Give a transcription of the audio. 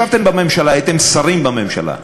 ישבתם בממשלה, הייתם שרים בממשלה,